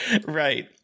right